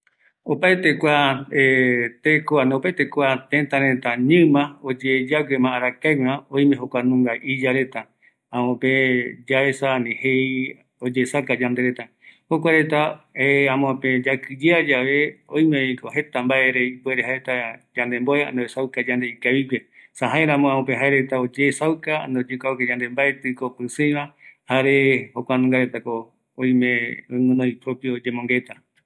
﻿Opaete kua teko, ani opaete kua téta reta ñima, oyeyaguema, arakaeguema, oime jokununga iya reta, amope yaesa ani jei, oyesaka yande reta, jukuareta amoape yakiyeayae, oimeviko jeta vaera ipuere mbaere yandemboe, ani oesaka yande ikavigue, esa jaeramo jaereta oyesauka, ani oyekuauka yande, mbaetiko pisiiva jare jokua nunga retako oime ñoguinoi jokoropi oyembongueta